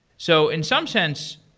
so in some sense,